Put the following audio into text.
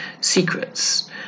secrets